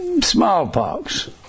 Smallpox